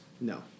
No